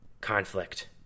conflict